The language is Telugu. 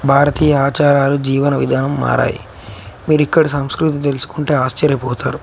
భారతీయ ఆచారాలు జీవన విధానం మారాయి మీరు ఇక్కడ సంస్కృతి తెలుసుకుంటే ఆశ్చర్యపోతారు